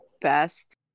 best